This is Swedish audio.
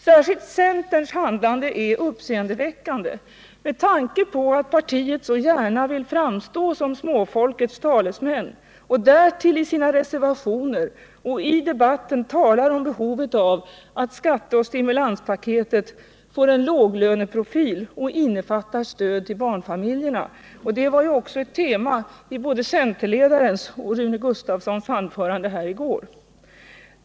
Särskilt centerns handlande är uppseendeväckande med tanke på att man i det partiet så gärna vill framstå som småfolkets talesmän och därtill i sina reservationer och i debatten talar om behovet av att skatteoch stimulanspaketet får en låglöneprofil och innefattar stöd till barnfamiljerna. Och det var också ett tema i både centerledarens och Rune Gustavssons anföranden här i går.